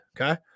Okay